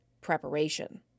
preparation